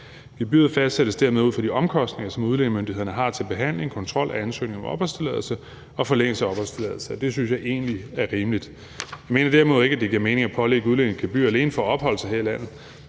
Gebyret fastsættes dermed ud fra de omkostninger, som udlændingemyndighederne har til behandling og kontrol af ansøgninger om opholdstilladelse og forlængelse af opholdstilladelse. Det synes jeg egentlig er rimeligt. Jeg mener derimod ikke, at det giver mening at pålægge udlændinge et gebyr alene for at opholde sig her i landet.